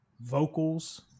vocals